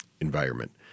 environment